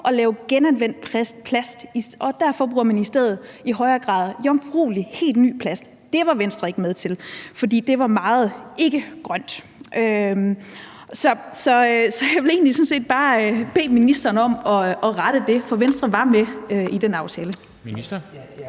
at lave genanvendt plast, og derfor bruger man i stedet i højere grad jomfruelig, helt ny plast. Det var Venstre ikke med til, for det var meget ikkegrønt. Så jeg vil egentlig bare bede ministeren om at rette det, for Venstre var med i den aftale. Kl.